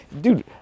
dude